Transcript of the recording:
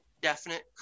definite